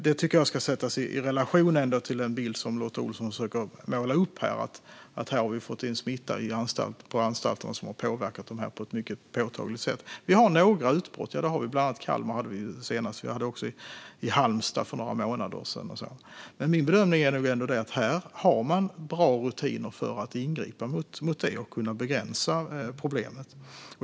Detta tycker jag ska sättas i relation till den bild som Lotta Olsson försöker att måla upp av att vi har fått in smitta på anstalterna som har påverkat dem på ett mycket påtagligt sätt. Vi har några utbrott, senast i Kalmar. Vi hade också ett utbrott i Halmstad för några månader sedan. Min bedömning är ändå att man har bra rutiner för att ingripa mot detta och kunna begränsa problemet.